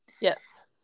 Yes